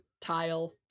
tile